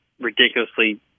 ridiculously